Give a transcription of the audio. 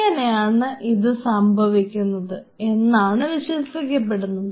ഇങ്ങനെയാണ് ഇത് സംഭവിക്കുന്നത് എന്നാണ് വിശ്വസിക്കപ്പെടുന്നത്